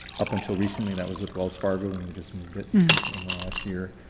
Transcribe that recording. up until recently that was with wells fargo and we just moved it and in the last year.